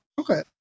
Okay